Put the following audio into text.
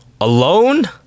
Alone